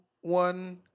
one